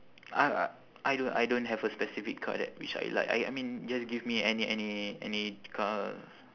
I I don't I don't have a specific car that which I like I I mean just give me any any any car